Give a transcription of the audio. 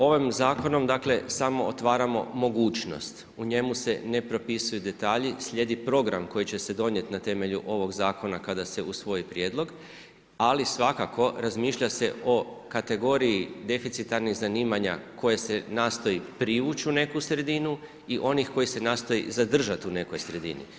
Ovim zakonom dakle samo otvaramo mogućnost, u njemu se ne propisuju detalji, slijedi program koji će se donijeti na temelju ovog zakona kada se usvoji prijedlog, ali svakako razmišlja se o kategoriji deficitarnih zanimanja koje se nastoji privući u neku sredinu i onih kojih se nastoji zadržati u nekoj sredini.